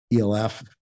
ELF